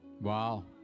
Wow